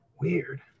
Weird